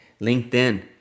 LinkedIn